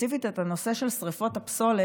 ספציפית את הנושא של שרפות הפסולת,